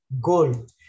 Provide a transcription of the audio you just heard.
gold